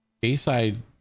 bayside